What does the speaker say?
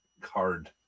card